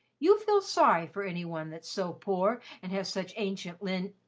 you feel sorry for any one that's so poor and has such ancient lin-lenage.